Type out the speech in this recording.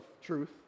truth